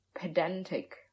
pedantic